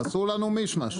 עשו לנו מישמש.